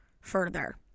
further